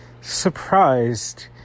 surprised